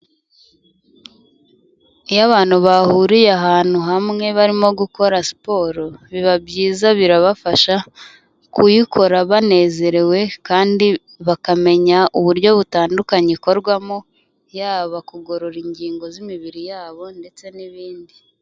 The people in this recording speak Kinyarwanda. Iyo abantu bahuriye ahantu hamwe barimo gukora siporo biba byiza birabafasha kuyikora banezerewe kandi bakamenya uburyo butandukanye ikorwamo, yaba kugorora ingingo z'imibiri yabo ndetse n'ibindi.